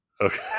Okay